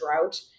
drought